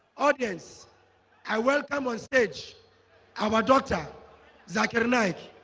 audience i welcome on so edge our daughter zakir naik